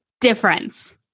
difference